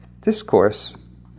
discourse